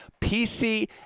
PC